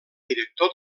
director